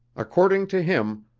according to him,